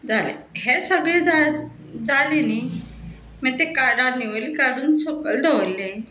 जालें हें सगळें जा जालें न्ही मागीर तें काडा न्हिवलें काडून सकयल दवरलें